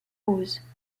hoes